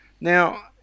Now